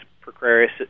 precarious